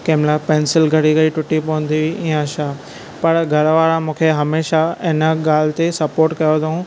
कंहिं महिल पेंसिल घड़ी घड़ी टुटी पवंदी हुई इएं छा पर घर वारा मूंखे हमेशह इन ॻाल्हि ते सपोर्ट कयो अथऊं